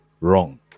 wrong